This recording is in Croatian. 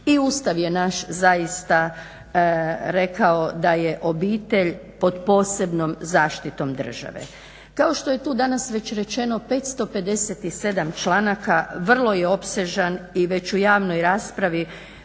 I Ustav je naš zaista rekao da je obitelj pod posebnom zaštitom države. Kao što je tu danas već rečeno, 557 članaka, vrlo je opsežan i već u javnoj raspravi